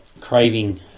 Craving